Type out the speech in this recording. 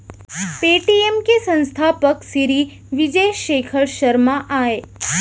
Paytm के संस्थापक सिरी विजय शेखर शर्मा अय